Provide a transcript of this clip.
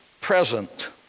present